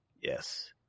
Yes